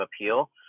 appeal